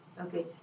Okay